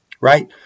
right